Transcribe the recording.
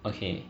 okay